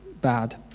bad